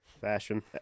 fashion